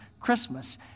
Christmas